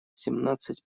семнадцать